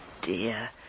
dear